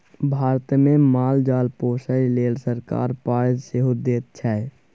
भारतमे माल जाल पोसय लेल सरकार पाय सेहो दैत छै